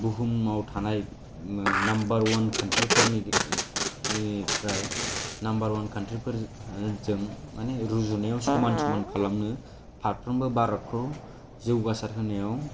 बुहुमाव थानाय number one कानट्रिफोरजों माने रुजुनायाव समान समान खालामनो पार्टफ्रोमबो भारतखौ जौगासार होनायाव